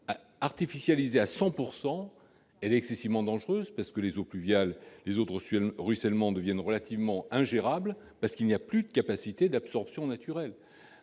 artificialisée à 100 % est extrêmement dangereuse, car les eaux pluviales, les eaux de ruissellement, deviennent ingérables parce qu'il n'y a plus de capacité d'absorption naturelle.